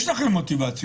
יש לכם מוטיבציה.